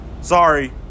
Sorry